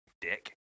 Dick